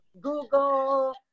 Google